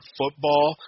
football